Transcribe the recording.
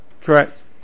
Correct